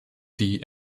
die